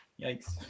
Yikes